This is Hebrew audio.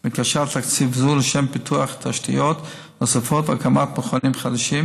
מבקשת תקציב זו לשם פיתוח תשתיות נוספות והקמת מכונים חדשים,